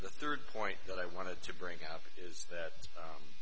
the third point that i wanted to bring up is that